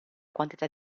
quantità